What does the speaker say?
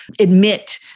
admit